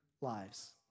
lives